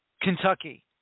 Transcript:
Kentucky